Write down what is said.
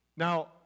Now